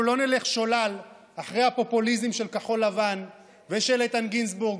אנחנו לא נלך שולל אחרי הפופוליזם של כחול לבן ושל איתן גינזבורג.